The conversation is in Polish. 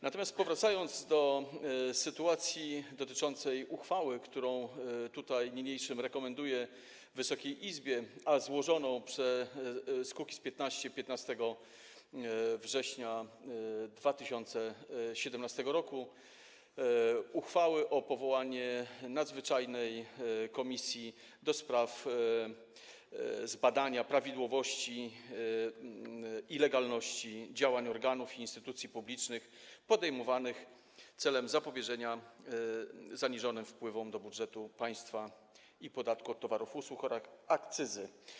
Natomiast wracam do sytuacji dotyczącej uchwały, którą tutaj niniejszym rekomenduję Wysokiej Izbie, złożonej przez Kukiz’15 15 września 2017 r., uchwały w sprawie powołania nadzwyczajnej komisji do zbadania prawidłowości i legalności działań organów i instytucji publicznych podejmowanych celem zapobieżenia zaniżonym wpływom do budżetu państwa z podatku od towarów i usług oraz akcyzy.